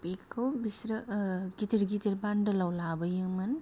दा बेखौ बिसोरो गिदिर गिदिर बान्डोलाव लाबोयोमोन